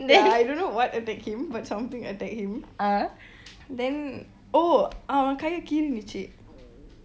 ya I don't know what attack him but something attack him then oh அவன் கையை கீறிச்சு:avan kayai keerichu